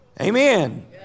Amen